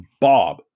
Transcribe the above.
Bob